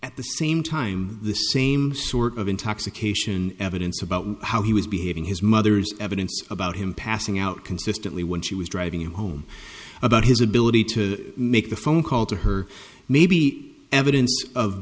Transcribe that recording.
at the same time the same sort of intoxication evidence about how he was behaving his mother's evidence about him passing out consistently when she was driving him home about his ability to make the phone call to her may be evidence of